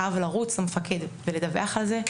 אז חייבים לרוץ למפקד כדי לדווח על זה.